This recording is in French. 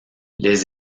les